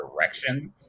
direction